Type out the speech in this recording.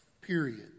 period